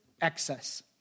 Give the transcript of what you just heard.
excess